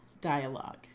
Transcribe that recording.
dialogue